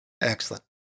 Excellent